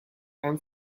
and